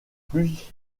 plus